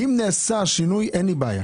אם נעשה שינוי אין בעיה.